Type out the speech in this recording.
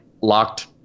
locked